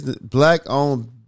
black-owned